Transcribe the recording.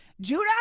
Judah